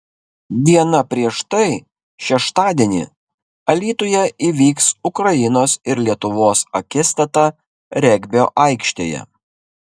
diena prieš tai šeštadienį alytuje įvyks ukrainos ir lietuvos akistata regbio aikštėje